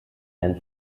and